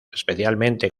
especialmente